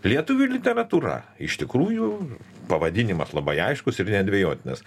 lietuvių literatūra iš tikrųjų pavadinimas labai aiškus ir nedvejotinas